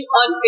on